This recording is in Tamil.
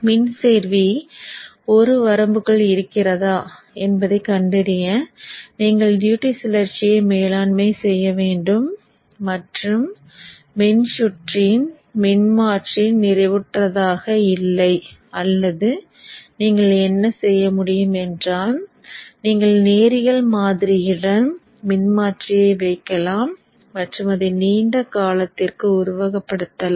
மின் சேர்வி ஒரு வரம்புக்குள் இருக்கிறதா என்பதைக் கண்டறிய நீங்கள் டியூட்டிச் சுழற்சியை மேலாண்மை செய்ய வேண்டும் மற்றும் மின்சுற்றின் மின்மாற்றி நிறைவுற்றதாக இல்லை அல்லது நீங்கள் என்ன செய்ய முடியும் என்றால் நீங்கள் நேரியல் மாதிரியுடன் மின்மாற்றியை வைக்கலாம் மற்றும் அதை நீண்ட காலத்திற்கு உருவகப்படுத்தலாம்